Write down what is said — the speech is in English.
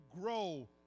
grow